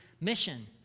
mission